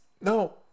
No